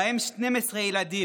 ובהם 12 ילדים.